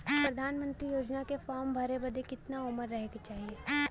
प्रधानमंत्री योजना के फॉर्म भरे बदे कितना उमर रहे के चाही?